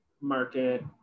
market